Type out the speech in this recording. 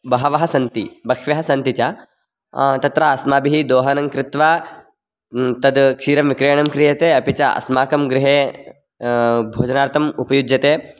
बहवः सन्ति बह्व्यः सन्ति च तत्र अस्माभिः दोहनं कृत्वा तत् क्षीरं विक्रयणं क्रियते अपि च अस्माकं गृहे भोजनार्थम् उपयुज्यते